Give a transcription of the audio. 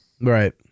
Right